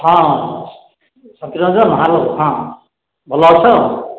ହଁ ସତ୍ୟରଞ୍ଜନ ହ୍ୟାଲୋ ହଁ ଭଲ ଅଛ